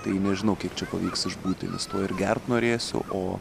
tai nežinau kiek čia pavyks išbūti nes tuoj ir gert norėsiu o